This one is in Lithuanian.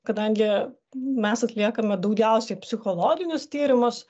kadangi mes atliekame daugiausiai psichologinius tyrimus